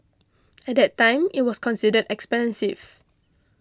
at that time it was considered expensive